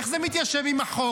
איך זה מתיישב עם החוק?